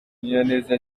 munyaneza